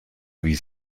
wie